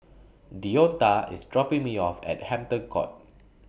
Deonta IS dropping Me off At Hampton Court